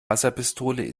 wasserpistole